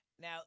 Now